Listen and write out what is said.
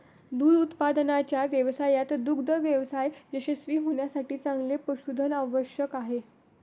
दूध उत्पादनाच्या व्यवसायात दुग्ध व्यवसाय यशस्वी होण्यासाठी चांगले पशुधन आवश्यक आहे